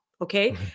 Okay